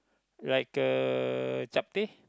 like uh chapteh